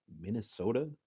Minnesota